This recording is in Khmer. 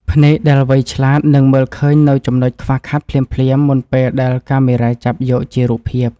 ភ្នែកដែលវៃឆ្លាតនឹងមើលឃើញនូវចំណុចខ្វះខាតភ្លាមៗមុនពេលដែលកាមេរ៉ាចាប់យកជារូបភាព។